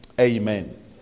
amen